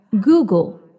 Google